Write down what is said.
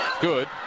good